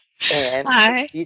Hi